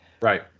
right